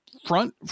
Front